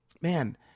Man